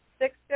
six